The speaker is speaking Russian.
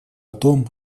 том